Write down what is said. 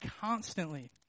constantly